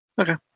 Okay